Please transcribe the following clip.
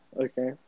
Okay